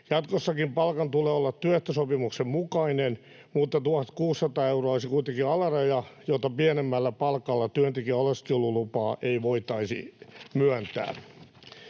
Jatkossakin palkan tulee olla työehtosopimuksen mukainen, mutta 1 600 euroa olisi kuitenkin alaraja, jota pienemmällä palkalla työntekijän oleskelulupaa ei voitaisi myöntää.